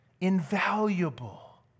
invaluable